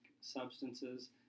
substances